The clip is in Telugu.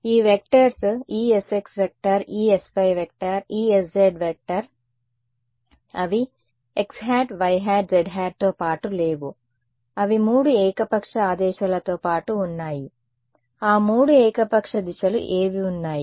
ఈ వెక్టర్స్ Esx Esy Esz అవి xˆ yˆ zˆ తో పాటు లేవు అవి 3 ఏకపక్ష ఆదేశాలతో పాటు ఉన్నాయి ఆ 3 ఏకపక్ష దిశలు ఏవి ఉన్నాయి